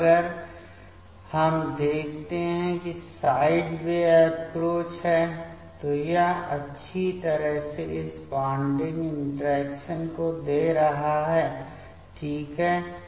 अब अगर हम देखते हैं कि साइड वे अप्रोच है तो यह अच्छी तरह से इस बॉन्डिंग इंटरैक्शन को दे रहा है ठीक है